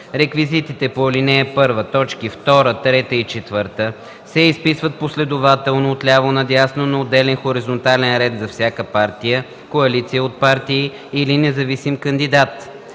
Реквизитите по ал. 1, т. 2, 3 и 4 се изписват последователно от ляво на дясно на отделен хоризонтален ред за всяка партия, коалиция от партии или независим кандидат.